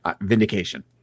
vindication